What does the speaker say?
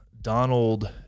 Donald